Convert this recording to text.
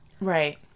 Right